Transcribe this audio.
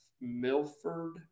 Milford